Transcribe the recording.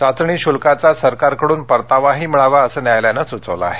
चाचणी शुल्काचा सरकारकडून परतावाही मिळावा असं न्यायालयानं सुचवलं आहे